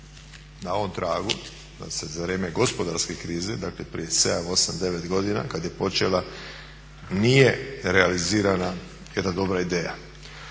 na ovom tragu da se za vrijeme gospodarske krize dakle prije 7,8,9 godina kada je počela nije realizirana jedna dobra ideja.